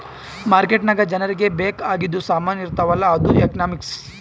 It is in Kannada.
ಮಾರ್ಕೆಟ್ ನಾಗ್ ಜನರಿಗ ಬೇಕ್ ಆಗಿದು ಸಾಮಾನ್ ಇರ್ತಾವ ಅಲ್ಲ ಅದು ಎಕನಾಮಿಕ್ಸ್